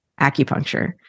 acupuncture